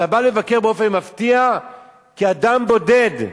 אתה בא לבקר באופן מפתיע כאדם בודד,